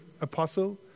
apostle